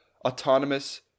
autonomous